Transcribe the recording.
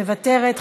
מוותרת,